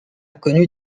connu